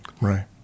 right